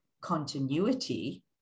continuity